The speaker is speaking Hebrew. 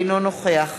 אינו נוכח